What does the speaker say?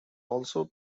also